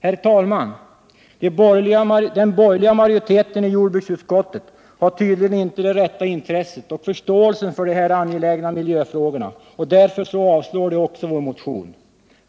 Herr talman! Den borgerliga majoriteten i jordbruksutskottet har tydligen inte det rätta intresset och förståelsen för de här angelägna miljöfrågorna och avslår därför vår motion.